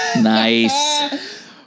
Nice